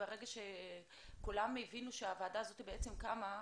ברגע שכולם הבינו שהוועדה הזאת בעצם קמה,